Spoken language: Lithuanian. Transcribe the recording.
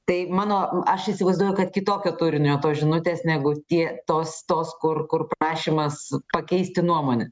tai mano aš įsivaizduoju kad kitokio turinio tos žinutės negu tie tos tos kur kur prašymas pakeisti nuomonę